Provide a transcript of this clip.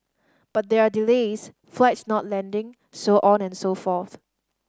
but there are delays flights not landing so on and so forth